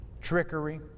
trickery